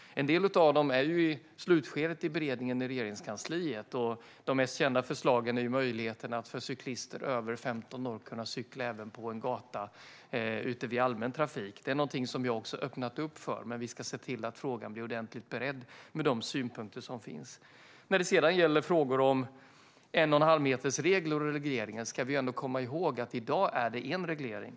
En del av dem är i slutskedet i beredningen i Regeringskansliet. De mest kända förslagen är möjligheten för cyklister över 15 år att även kunna cykla på en gata i allmän trafik. Det är någonting som vi har öppnat för. Men vi ska se till att frågan blir ordentligt beredd med de synpunkter som finns. När det sedan gäller frågor om 1,5-metersregler och regleringen ska vi komma ihåg att det i dag är en reglering.